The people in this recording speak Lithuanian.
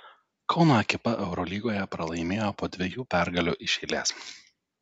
kauno ekipa eurolygoje pralaimėjo po dviejų pergalių iš eilės